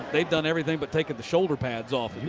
they've done everything but take ah the shoulder pads off.